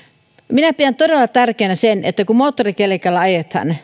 minä pidän todella tärkeänä sitä että kun moottorikelkalla ajetaan